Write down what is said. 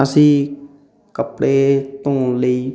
ਅਸੀਂ ਕੱਪੜੇ ਧੋਣ ਲਈ